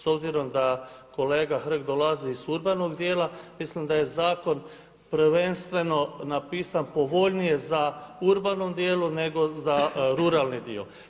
S obzirom da kolega Hrg dolazi iz urbanog dijela, mislim da je zakon prvenstveno napisan povoljnije za urbanom dijelu, nego za ruralni dio.